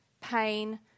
pain